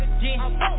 again